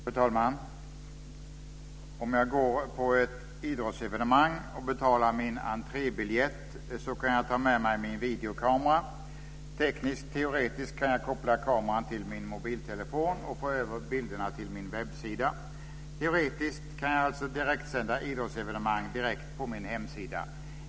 Fru talman! Om jag går på ett idrottsevenemang och betalar min entrébiljett kan jag ta med mig min videokamera. Tekniskt teoretiskt kan jag koppla kameran till min mobiltelefon och få över bilderna till min webbsida. Teoretiskt kan jag alltså direktsända idrottsevenemanget direkt på min hemsida.